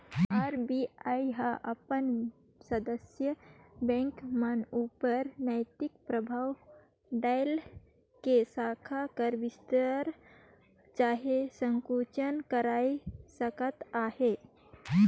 RBI हर अपन सदस्य बेंक मन उपर नैतिक परभाव डाएल के साखा कर बिस्तार चहे संकुचन कइर सकत अहे